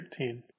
13